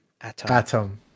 atom